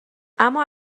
اما